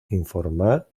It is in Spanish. informar